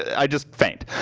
i just faint.